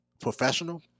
professional